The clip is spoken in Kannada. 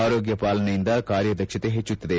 ಆರೋಗ್ನ ಪಾಲನೆಯಿಂದ ಕಾರ್ಯದಕ್ಷತೆ ಹೆಚ್ಚುತ್ತದೆ